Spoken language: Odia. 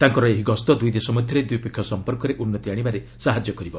ତାଙ୍କର ଏହି ଗସ୍ତ ଦୁଇ ଦେଶ ମଧ୍ୟରେ ଦ୍ୱିପକ୍ଷିୟ ସମ୍ପର୍କରେ ଉନ୍ନତି ଆଣିବାରେ ସାହାଯ୍ୟ କରିବ